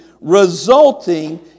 resulting